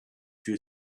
drew